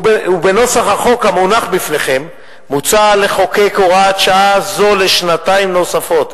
ובנוסח החוק המונח לפניכם מוצע לחוקק הוראה זו לשנתיים נוספות,